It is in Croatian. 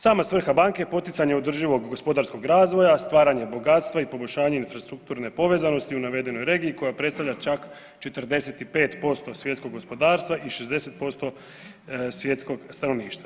Sama svrha banke je poticanje održivog gospodarskog razvoja, stvaranje bogatstva i poboljšavanje infrastrukturne povezanosti u navedenoj regiji koja predstavlja čak 45% svjetskog gospodarstva i 60% svjetskog stanovništva.